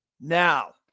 now